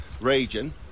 region